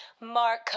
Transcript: Mark